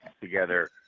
together